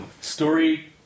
Story